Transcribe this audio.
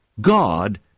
God